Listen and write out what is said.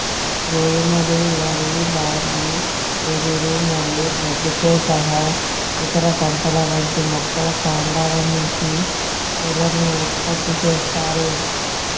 గోధుమలు, వరి, బార్లీ, వెదురు మరియు గడ్డితో సహా ఇతర పంటల వంటి మొక్కల కాండాల నుంచి ఫైబర్ ను ఉత్పత్తి చేస్తారు